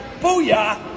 Booyah